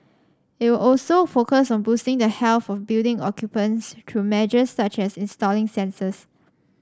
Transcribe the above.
it will also focus on boosting the health of building occupants through measures such as installing sensors